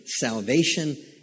salvation